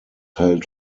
held